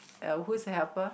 uh who's the helper